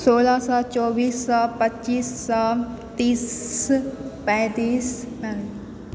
सोलह सए चौबीस सए पच्चीस सए तीस पैतीस